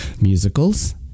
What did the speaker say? Musicals